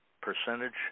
percentage